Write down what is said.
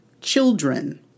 children